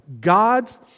God's